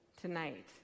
tonight